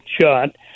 shot